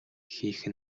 хийх